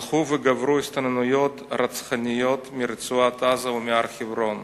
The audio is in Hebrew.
הלכו וגברו ההסתננויות הרצחניות מרצועת-עזה ומהר-חברון.